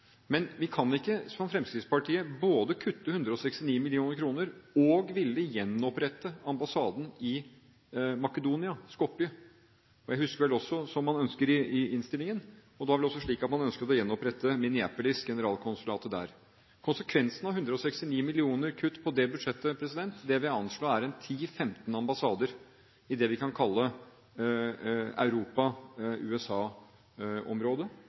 Men vi kan ikke, som Fremskrittspartiet, både kutte 169 mill. kr og gjenopprette ambassaden i Skopje, Makedonia. Jeg husker vel også – som man ønsker i innstillingen – at det var vel også slik at man ønsket å gjenopprette generalkonsulatet i Minneapolis. Konsekvensen av 169 mill. kr kutt på det budsjettet vil jeg anslå er 10–15 ambassader i det vi kan kalle